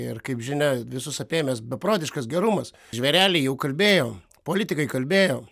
ir kaip žinia visus apėmęs beprotiškas gerumas žvėreliai jau kalbėjo politikai kalbėjo